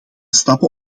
stappen